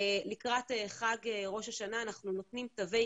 לקראת חג ראש השנה אנחנו נותנים תווי